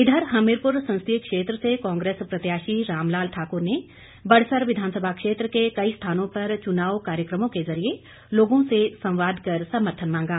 इधर हमीरपुर संसदीय क्षेत्र से कांग्रेस प्रत्याशी रामलाल ठाकुर ने बड़सर विधानसभा क्षेत्र के कई स्थानों पर चुनाव कार्यक्रमों के जरिए लोगों से संवाद कर समर्थन मांगा